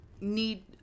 need